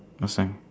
last time